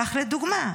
כך לדוגמה,